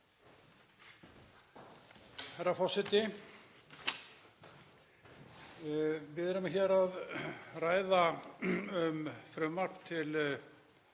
Herra forseti. Við erum hér að ræða um frumvarp til